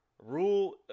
Rule